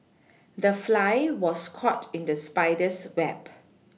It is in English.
the fly was caught in the spider's web